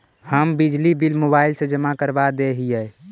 हम बिजली bill mobile से जमा करवा देहियै?